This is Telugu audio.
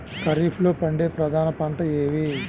ఖరీఫ్లో పండే ప్రధాన పంటలు ఏవి?